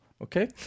Okay